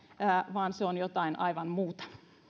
vaan se on jotain aivan muuta